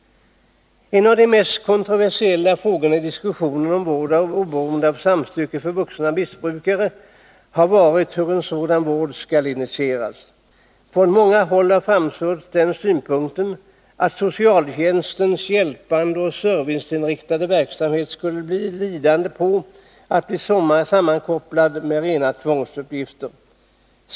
En av de mest kontroversiella frågorna i diskussionen om en vård oberoende av samtycke för vuxna missbrukare har varit hur en sådan vård skulle initieras. Från många håll har framförts den synpunkten att socialtjänstens hjälpande och serviceinriktade verksamhet skulle bli lidande på att bli sammankopplad med rena tvångsuppgifter.